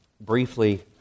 briefly